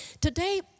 today